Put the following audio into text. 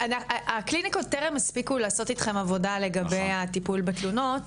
הקליניקות טרם הספיקו לעשות איתכם עבודה לגבי הטיפול בתלונות,